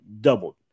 doubled